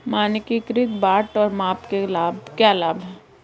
मानकीकृत बाट और माप के क्या लाभ हैं?